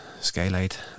skylight